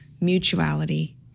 mutuality